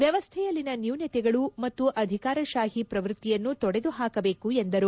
ವ್ಯವಸ್ಥೆಯಲ್ಲಿನ ನ್ಣೂನತೆಗಳು ಮತ್ತು ಅಧಿಕಾರಶಾಹಿ ಪ್ರವೃತ್ತಿಯನ್ನು ತೊಡೆದು ಹಾಕಬೇಕು ಎಂದರು